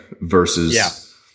versus